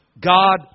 God